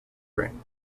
ring